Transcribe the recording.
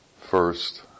first